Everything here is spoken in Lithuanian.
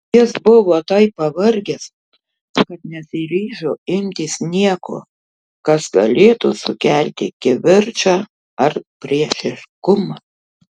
jis buvo taip pavargęs kad nesiryžo imtis nieko kas galėtų sukelti kivirčą ar priešiškumą